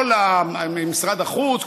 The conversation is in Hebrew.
כל משרד החוץ,